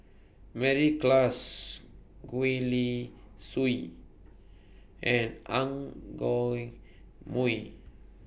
Mary Klass Gwee Li Sui and Ang Mooi